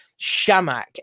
Shamak